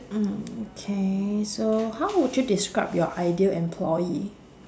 mm okay so how would you describe your ideal employee